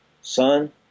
son